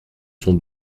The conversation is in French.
sont